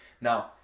Now